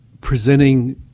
presenting